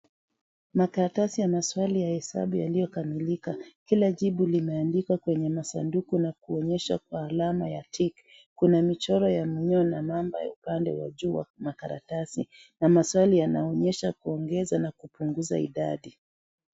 Makaratasi yana swali ya hesabu yalio kamilika kila jibu limeandikwa kwenye masanduku yakuonyesha kwa alama ya tick . Kuna michoro ya minyo na mamba upande wa juu wa makaratasi na maswali yanonyesha kuongeza na kupunguza idadi.